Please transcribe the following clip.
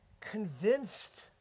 convinced